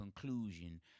conclusion